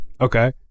Okay